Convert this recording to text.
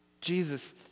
Jesus